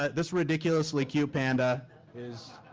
ah this ridiculously cute panda is.